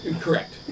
Correct